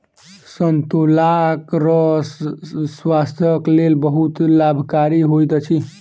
संतोलाक रस स्वास्थ्यक लेल बहुत लाभकारी होइत अछि